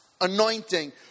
anointing